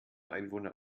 einwohner